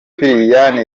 sipiriyani